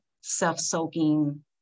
self-soaking